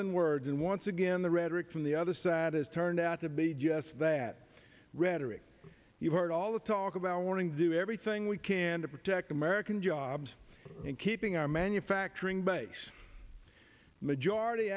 than words and once again the rhetoric from the other side has turned out to be yes that rhetoric you've heard all the talk about wanting to do everything we can to protect american jobs and keeping our manufacturing base majority